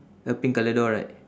a pink colour door right